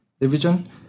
division